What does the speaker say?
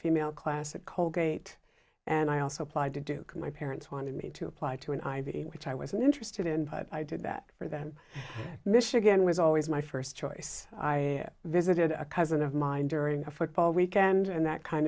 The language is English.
female class at colgate and i also applied to do my parents wanted me to apply to an ivy which i wasn't interested in but i did that for them michigan was always my first choice i visited a cousin of mine during a football weekend and that kind